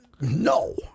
No